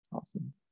Awesome